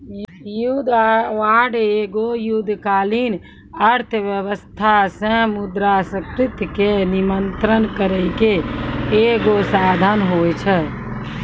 युद्ध बांड एगो युद्धकालीन अर्थव्यवस्था से मुद्रास्फीति के नियंत्रण करै के एगो साधन होय छै